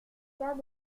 faire